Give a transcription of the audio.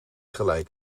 gelijk